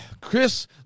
Chris